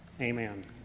amen